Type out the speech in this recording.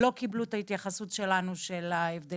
לא קיבלו את ההתייחסות שלנו להבדל